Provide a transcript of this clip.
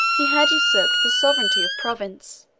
he had usurped the sovereignty of provence,